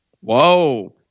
Whoa